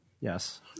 yes